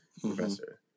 professor